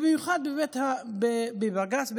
במיוחד בבג"ץ,